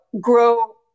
grow